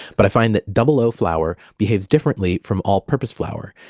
but i find that double o flour behaves differently from all purpose flour.